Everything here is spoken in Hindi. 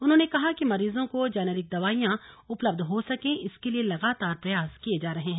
उन्होंने कहा कि मरीजों को जेनेरिक दवाएं उपलब्ध हो सकें इसके लिए लगातार प्रयास किए जा रहे हैं